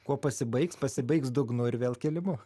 kuo pasibaigs pasibaigs dugnu ir vėl kilimu